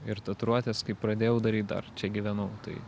ir tatuiruotes kai pradėjau daryt dar čia gyvenau tai